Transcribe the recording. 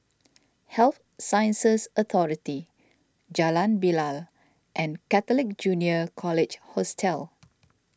Health Sciences Authority Jalan Bilal and Catholic Junior College Hostel